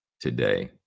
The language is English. today